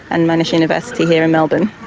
and monash university here in melbourne.